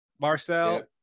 Marcel